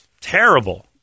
Terrible